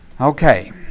Okay